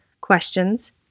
questions